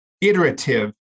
iterative